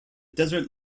desert